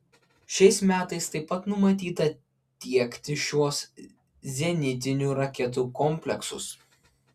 šiais metais taip pat numatyta tiekti šiuos zenitinių raketų kompleksus